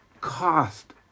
cost